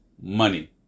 money